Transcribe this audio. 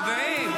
חברי הכנסת,